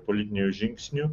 politinių žingsnių